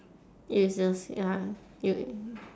illness ya ill~